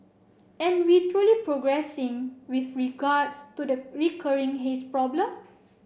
are we truly progressing with regards to the recurring haze problem